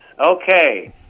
Okay